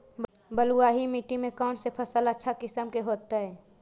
बलुआही मिट्टी में कौन से फसल अच्छा किस्म के होतै?